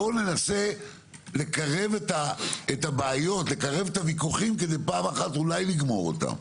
ננסה לקרב את הבעיות ואת הוויכוחים כדי פעם אחת אולי לגמור אותם.